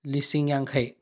ꯂꯤꯁꯤꯡ ꯌꯥꯡꯈꯩ